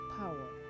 power